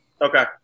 Okay